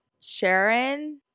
Sharon